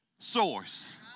Source